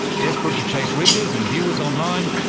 desperate to chase readers and viewers online,